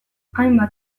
hainbat